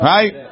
Right